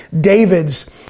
David's